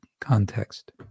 context